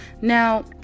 Now